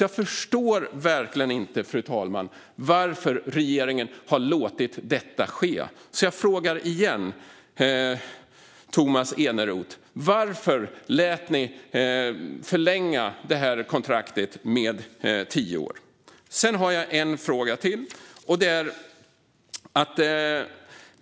Jag förstår verkligen inte, fru talman, varför regeringen har låtit detta ske, så jag frågar Tomas Eneroth igen: Varför lät ni förlänga kontraktet med tio år? Sedan har jag en fråga till.